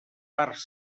parts